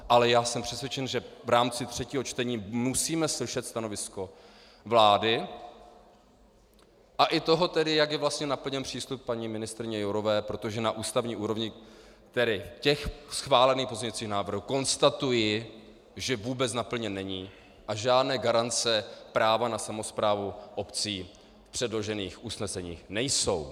Ale já jsem přesvědčen, že v rámci třetího čtení musíme slyšet stanovisko vlády, a i toho, jak je vlastně naplněn přístup paní ministryně Jourové, protože na ústavní úrovni, tedy těch schválených pozměňovacích návrhů, konstatuji, že vůbec naplněn není a žádné garance práva na samosprávu obcí v předložených usneseních nejsou.